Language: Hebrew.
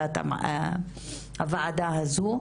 הוועדה הזו,